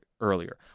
earlier